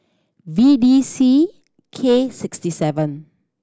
V D C K sixty seven